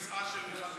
ישבתי בכיסאה,